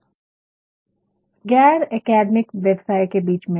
और गैर एकेडमिक व्यवसाय के बीच में भी